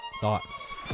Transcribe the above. Thoughts